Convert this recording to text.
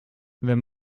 wenn